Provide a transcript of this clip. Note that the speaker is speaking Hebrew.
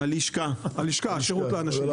הלשכה, השירות לאנשים.